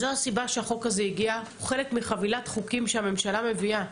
זו הסיבה שהחוק הזה הגיע והוא חלק מחבילת חוקים שהממשלה מביאה,